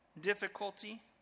difficulty